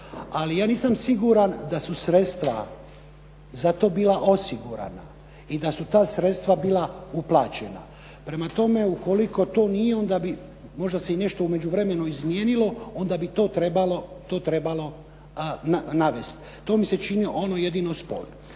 ali ja nisam siguran da su sredstva za to bila osigurana i da su ta sredstva bila uplaćena. Prema tome, ukoliko to nije, onda bi, možda se i nešto u međuvremenu izmijenilo, onda bi to trebalo navesti. To mi se čini ono jedino sporno.